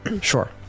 Sure